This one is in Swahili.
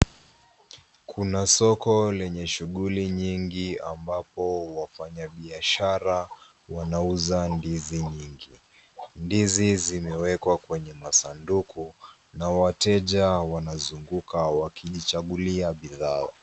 Kuna soko lenye shughuli nyingi ambapo wafanyabiashara wanauza ndizi nyingi. Ndizi zimewekwa kwenye masanduku na wateja wanzunguka wakijichagulia bidhaa.